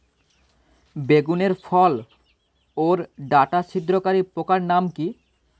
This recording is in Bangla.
বেগুনের ফল ওর ডাটা ছিদ্রকারী পোকার নাম কি?